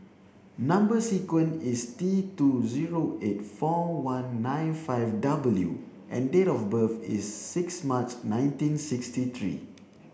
number sequence is T two zero eight four one nine five W and date of birth is six March nineteen sixty three